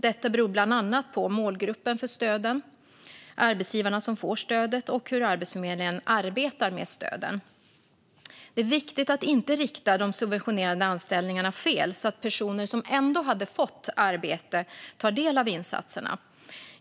Detta beror bland annat på målgruppen för stöden, arbetsgivarna som får stödet och hur Arbetsförmedlingen arbetar med stöden. Det är viktigt att inte rikta de subventionerade anställningarna fel så personer som ändå hade fått arbete tar del av insatserna.